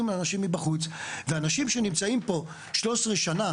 לאנשים מבחוץ והאנשים שנמצאים כאן 13 שנים,